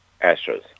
Astros